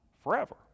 forever